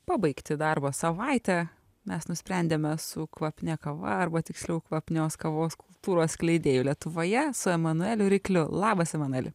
pabaigti darbo savaitę mes nusprendėme su kvapnia kava arba tiksliau kvapnios kavos kultūros skleidėju lietuvoje su emanueliu rykliu labas emanueli